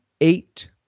eight